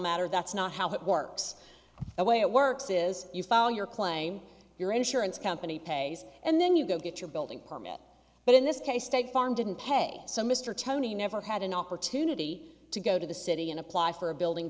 matter that's not how it works the way it works is you file your claim your insurance company pays and then you go get your building permit but in this case state farm didn't pay so mr tony never had an opportunity to go to the city and apply for a building